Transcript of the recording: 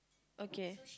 okay